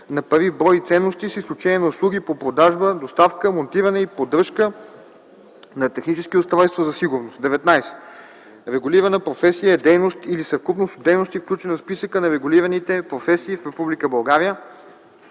на пари в брой и ценности, с изключение на услуги по продажба, доставка, монтиране и поддръжка на технически устройства за сигурност. 19. „Регулирана професия” е дейност или съвкупност от дейности, включена в Списъка на регулираните професии в